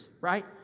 Right